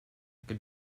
could